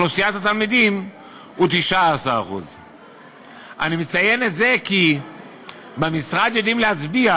באוכלוסיית התלמידים הוא 19%. אני מציין את זה כי במשרד יודעים להצביע